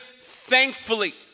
thankfully